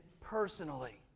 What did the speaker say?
personally